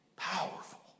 Powerful